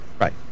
right